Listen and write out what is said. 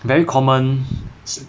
very common